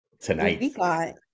tonight